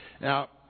Now